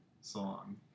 song